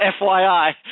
FYI